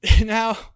Now